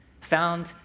found